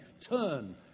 Turn